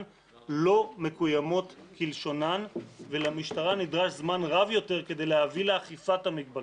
לא מקוימות כלשונן ולמשטרה נדרש זמן רב יותר להביא לאכיפת המגבלות,